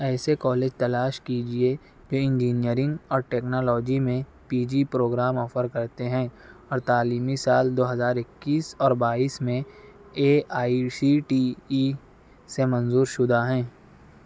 ایسے کالج تلاش کیجیے جو انجینئرنگ اور ٹیکنالوجی میں پی جی پروگرام آفر کرتے ہیں اور تعلیمی سال دو ہزار اکیس اور بائیس میں A I C T E سے منظورشدہ ہیں